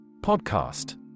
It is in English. Podcast